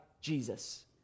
Jesus